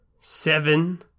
seven